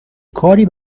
کاری